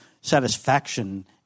satisfaction